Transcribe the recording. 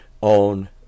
on